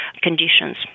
conditions